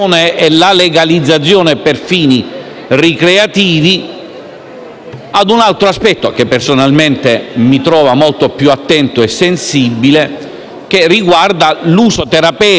ricreativi a un altro aspetto (che, personalmente, mi trova molto più attento e sensibile) che riguarda l'uso terapeutico della *cannabis* per